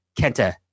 Kenta